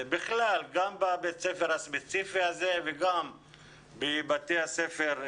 גם בבית הספר הספציפי הזה וגם בכלל בתי הספר.